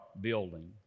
building